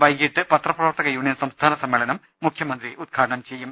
വൈകീട്ട് പത്രപ്രവർത്തക യൂണിയൻ സംസ്ഥാന സമ്മേ ളനം മുഖ്യമന്ത്രി ഉദ്ഘാടനം ചെയ്യും